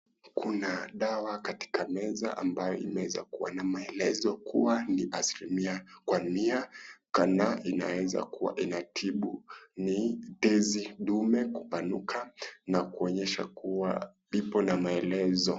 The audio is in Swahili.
Kuna dawa katika meza ambayo inaweza kuwa na maelezo kuwa ni asilimia kwa mia kama inaweza kuwa inatibu ni tezi ndume kupanuka na kuonyesha kuwa ipo na maelezo.